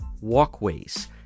walkways